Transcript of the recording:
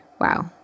wow